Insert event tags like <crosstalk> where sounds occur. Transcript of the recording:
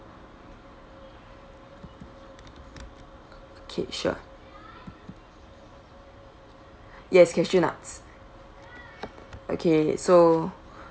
okay sure <breath> yes cashew nuts okay so <breath>